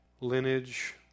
lineage